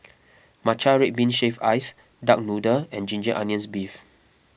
Matcha Red Bean Shaved Ice Duck Noodle and Ginger Onions Beef